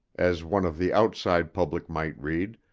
as one of the outside public might read,